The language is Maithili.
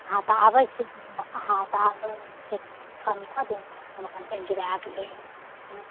हँ तऽ आबै छी हँ तऽ आबै छी कम कऽ दिऔ हम अपन चलि जेबै आबिके